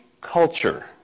culture